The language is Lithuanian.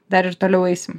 dar ir toliau eisim